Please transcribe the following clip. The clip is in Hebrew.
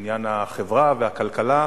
בבניין החברה והכלכלה,